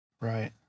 Right